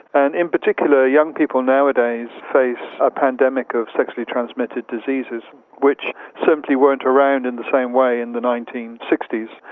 and in particular young people nowadays face a pandemic of sexually transmitted diseases which simply weren't around the same way in the nineteen sixty s.